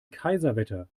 kaiserwetter